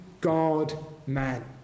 God-man